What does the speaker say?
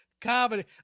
comedy